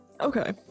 Okay